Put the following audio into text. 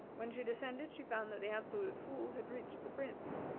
when she descended she found that the absolute fool had reached the prince.